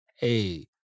hey